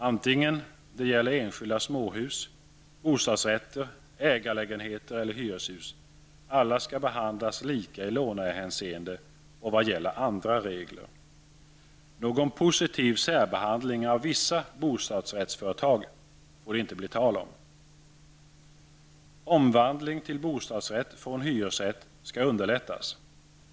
Antingen det gäller enskilda småhus, bostadsrätter, ägarlägenheter eller hyreshus -- alla skall behandlas lika i lånehänseende och vad gäller andra regler. Någon positiv särbehandling av vissa bostadsrättsföretag får det inte bli tal om. Omvandling till bostadsrätt från hyresrätt skall underlättas.